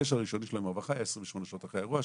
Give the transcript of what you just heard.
הקשר הראשוני שלו עם הרווחה היה 28 שעות אחרי האירוע,